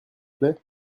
plait